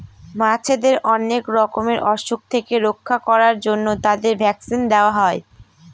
মাছেদের অনেক রকমের অসুখ থেকে রক্ষা করার জন্য তাদের ভ্যাকসিন দেওয়া হয়